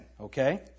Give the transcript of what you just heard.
okay